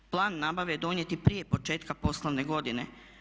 Plan nabave donijeti prije početka poslovne godine.